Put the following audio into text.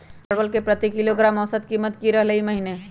परवल के प्रति किलोग्राम औसत कीमत की रहलई र ई महीने?